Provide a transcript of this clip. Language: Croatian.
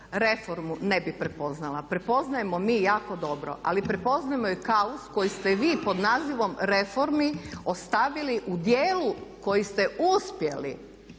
reformu ne bih prepoznala. Prepoznajemo mi jako dobro ali prepoznajemo i …/Govornik se ne razumije./… koji ste vi pod nazivom reformi ostavili u dijelu koji ste uspjeli,